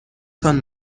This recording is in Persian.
تان